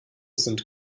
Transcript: sind